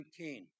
19